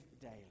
daily